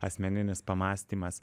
asmeninis pamąstymas